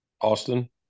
Austin